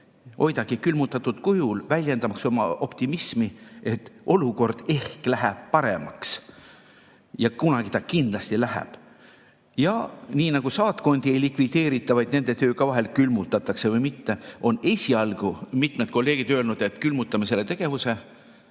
seda külmutatud kujul, väljendamaks oma optimismi, et ehk läheb olukord paremaks. Kunagi ta kindlasti läheb. Ja nii nagu saatkondi ei likvideerita, vaid nende töö vahel külmutatakse, on esialgu mitmed kolleegid öelnud, et külmutame ka selle tegevuse.